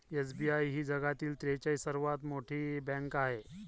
SBI ही जगातील त्रेचाळीस सर्वात मोठी बँक आहे